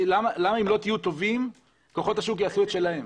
למה אם לא תהיו טובים, כוחות השוק יעשו את שלהם?